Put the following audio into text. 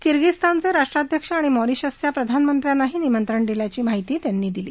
किर्गीझीस्तानचे राष्ट्राध्यक्ष आणि मॉरिशसच्या प्रधानमंत्र्यांनाही निमंत्रण दिल्याची माहिती त्यांनी दिली